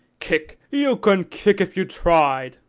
kick! you couldn't kick if you tried.